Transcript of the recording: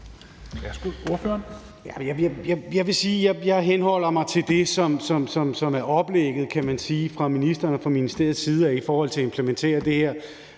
jeg henholder mig til det, som er oplægget, kan man sige, fra ministeren og fra ministeriets side i forhold til at implementere det her,